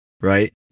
Right